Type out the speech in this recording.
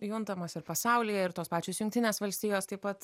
juntamas ir pasaulyje ir tos pačios jungtinės valstijos taip pat